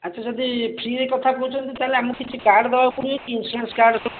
ଆଚ୍ଛା ଯଦି ଫ୍ରୀରେ କଥା କହୁଛନ୍ତି ତାହେଲେ ଆମକୁ କିଛି କାର୍ଡ଼ ଦେବାକୁ ପଡ଼ିବ କି ଇନ୍ସୁରାନ୍ସ କାର୍ଡ଼ ସବୁ